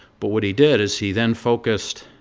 but what he did is he then focused